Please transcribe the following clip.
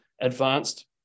advanced